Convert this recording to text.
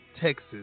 Texas